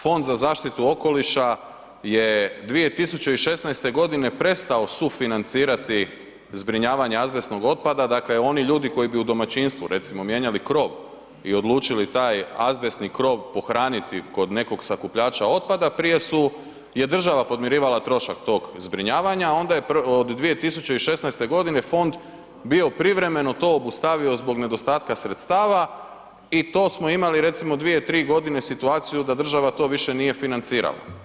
Fond za zaštitu okoliša je 2016. godine prestao sufinancirati zbrinjavanje azbestnog otpada, dakle oni ljudi koji bi u domaćinstvu recimo mijenjali krov i odlučili taj azbestni krov pohraniti kod nekog sakupljača otpada prije su, je država podmirivala trošak tog zbrinjavanja, a onda je od 2016. godine fond bio privremeno to obustavio zbog nedostatka sredstava i to smo imali recimo 2, 3 godine situaciju da država to više nije financirala.